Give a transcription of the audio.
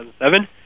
2007